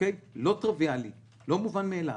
לא טריוויאלי, לא מובן מאליו.